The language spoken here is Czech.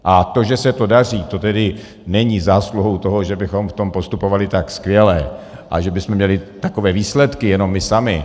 A to, že se to daří, tedy není zásluhou toho, že bychom v tom postupovali tak skvěle a že bychom měli takové výsledky jenom my sami.